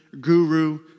guru